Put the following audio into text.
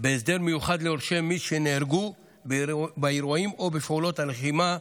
בהסדר מיוחד ליורשי מי שנהרגו באירועים או בפעולות הלחימה,